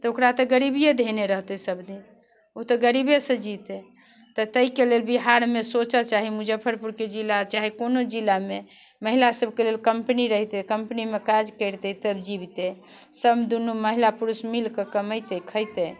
तऽ ओकरा तऽ गरीबिए धेने रहतै सभदिन ओ तऽ गरीबेसँ जीतै तऽ ताहिके लेल बिहारमे सोचऽ चाही मुजफ्फरपुरके जिला चाहे कोनो जिलामे महिलासभके लेल कम्पनी रहितै कम्पनीमे काज करितै तब जीबतै सङ्ग दुनू महिला पुरुष मिलि कऽ कमेतै खेतै